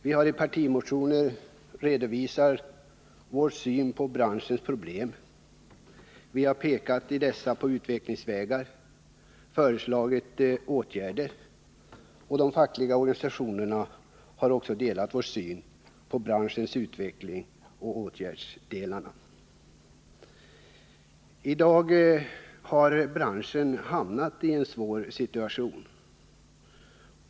Vi har i partimotioner redovisat vår syn på branschens problem, pekat på utvecklingsvägar och föreslagit åtgärder. De fackliga organisationerna har delat vår syn på branschens utveckling och på åtgärderna. I dag har branschen hamnat i en svår situation.